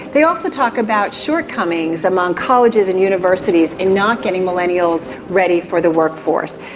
they also talk about shortcomings among colleges and universities in not getting millennials ready for the workforce.